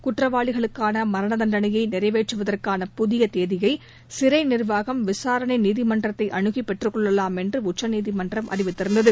குற்றவாளிகளுக்கான மரண தண்டனையை நிறைவேற்றுவதற்கான புதிய தேதியை சிறை நிர்வாகம் விசாரணை நீதிமன்றத்தை அனுகி பெற்றுக்கொள்ளலாம் என்று உச்சநீதிமன்றம் அறிவித்திருந்தது